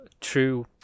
true